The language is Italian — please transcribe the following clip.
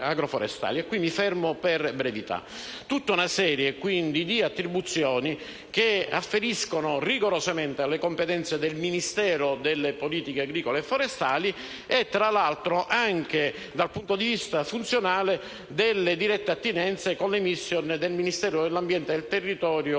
E qui mi fermo per brevità. Si tratta di tutta una serie di attribuzioni che afferiscono rigorosamente alle competenze del Ministero delle politiche agricole alimentari e forestali e che tra l'altro, anche dal punto di vista funzionale, hanno diretta attinenza con le *mission* del Ministero dell'ambiente e della tutela